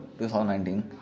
2019